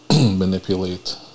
manipulate